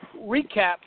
recap